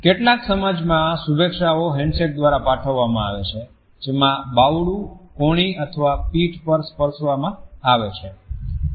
કેટલાક સમાજમાં શુભેચ્છાઓ હેન્ડશેક દ્વારા પાઠવવામાં આવે છે જેમાં બાવડું કોણી અથવા પીઠ પર સ્પર્શવા માં આવે છે